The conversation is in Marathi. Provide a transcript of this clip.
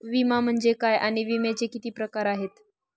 विमा म्हणजे काय आणि विम्याचे किती प्रकार आहेत?